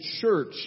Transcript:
church